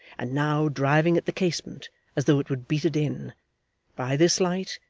and now driving at the casement as though it would beat it in by this light,